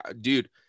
dude